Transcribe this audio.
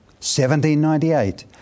1798